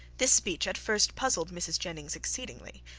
this speech at first puzzled mrs. jennings exceedingly.